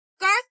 Garth